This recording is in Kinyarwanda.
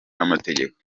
n’amategeko